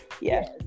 Yes